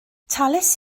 talais